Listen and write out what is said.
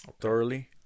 Thoroughly